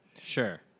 Sure